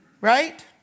Right